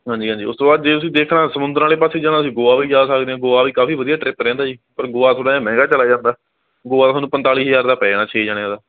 ਹਾਂਜੀ ਹਾਂਜੀ ਉਸ ਤੋਂ ਬਾਅਦ ਜੇ ਤੁਸੀਂ ਦੇਖਣਾ ਸਮੁੰਦਰ ਵਾਲੇ ਪਾਸੇ ਜਾਣਾ ਤੁਸੀਂ ਗੋਆ ਵੀ ਜਾ ਸਕਦੇ ਹੋ ਗੋਆ ਵੀ ਕਾਫੀ ਵਧੀਆ ਟਰਿਪ ਰਹਿੰਦਾ ਜੀ ਪਰ ਗੋਆ ਥੋੜ੍ਹਾ ਜਿਹਾ ਮਹਿੰਗਾ ਚਲਾ ਜਾਂਦਾ ਗੋਆ ਤੁਹਾਨੂੰ ਪੰਤਾਲੀ ਹਜ਼ਾਰ ਦਾ ਪੈ ਜਾਣਾ ਛੇ ਜਾਣਿਆਂ ਦਾ